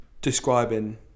describing